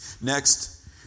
Next